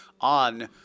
on